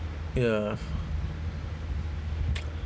ya